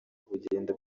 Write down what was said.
bugenda